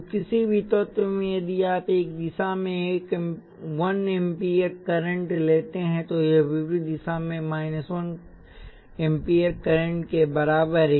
तो किसी भी तत्व में यदि आप एक दिशा में 1 एम्पीयर करंट लेते हैं तो यह विपरीत दिशा में माइनस 1 एम्पीयर करंट के बराबर है